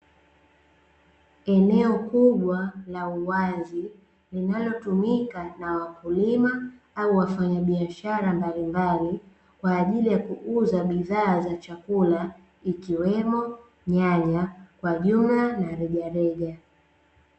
Eneo kubwa la uwazi linalotumika na wakulima au wafanyabishara mbalimbali kwa ajili ya kuuza bidhaa za chakula ikiwemo nyanya kwa jumla na rejareja.